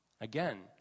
Again